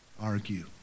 argue